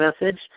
message